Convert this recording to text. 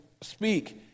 speak